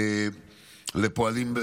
לפועלים,